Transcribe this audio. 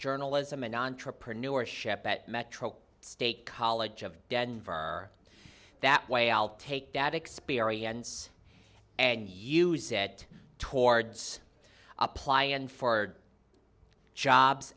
journalism and entrepreneurship at metro state college of denver that way i'll take that experience and use said towards applying for jobs